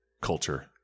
culture